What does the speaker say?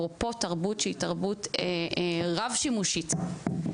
אפרופו תרבות שהיא תרבות רב שימושית,